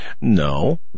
No